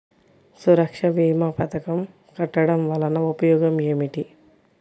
సురక్ష భీమా పథకం కట్టడం వలన ఉపయోగం ఏమిటి?